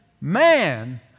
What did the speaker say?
man